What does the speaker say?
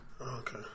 Okay